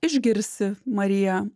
išgirsi mariją